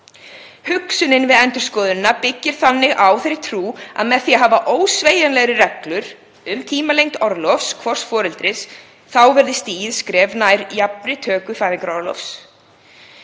Hugsunin við endurskoðunina byggist þannig á þeirri trú að með því að hafa ósveigjanlegri reglur um tímalengd orlofs hvors foreldris þá verði stigið skref nær jafnri töku fæðingarorlofs.